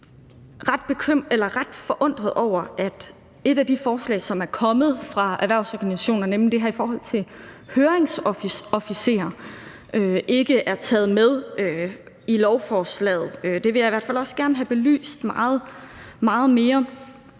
Jeg er også ret forundret over, at et af de forslag, som er kommet fra erhvervsorganisationerne, nemlig det her om høringsofficerer, ikke er taget med i lovforslaget. Det vil jeg i hvert fald også gerne have belyst meget mere.